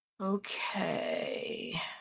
Okay